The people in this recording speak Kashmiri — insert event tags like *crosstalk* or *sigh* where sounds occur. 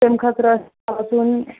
تَمہِ خٲطرٕ ٲس *unintelligible* پَلو سُوٕنۍ